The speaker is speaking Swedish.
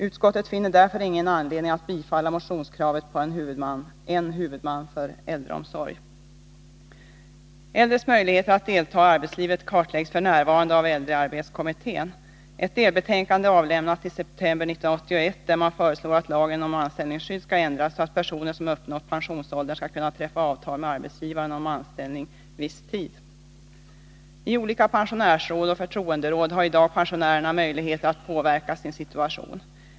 Utskottet finner därför ingen anledning att bifalla motionskravet på en huvudman för äldreomsorg. Äldres möjligheter att delta i arbetslivet kartläggs f. n. av äldrearbetskommittén. Ett delbetänkande avlämnades i september 1981, där det föreslås att lagen om anställningsskydd skall ändras så att personer som uppnått pensionsåldern skall kunna träffa avtal med arbetsgivaren om anställning viss tid. I olika pensionärsråd och förtroenderåd har i dag pensionärerna möjligheter att påverka sin situation.